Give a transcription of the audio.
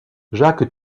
jacques